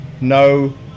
No